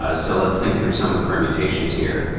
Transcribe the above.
ah so let's think through some of the permutations here.